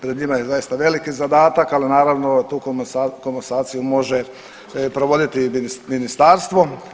Pred njima je zaista veliki zadatak, ali naravno tu komasaciju može provoditi ministarstvo.